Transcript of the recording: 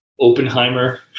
Oppenheimer